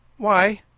why?